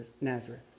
Nazareth